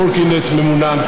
קורקינט ממונע,